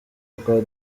rwa